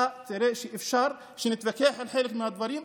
אתה תראה שאפשר שנתווכח על חלק מהדברים,